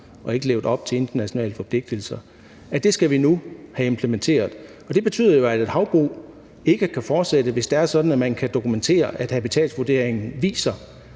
og ikke levet op til internationale forpligtelser, skal vi nu have implementeret. Det betyder jo, at et havbrug ikke kan fortsætte, hvis det er sådan, at man kan dokumentere, at habitatvurderingen viser,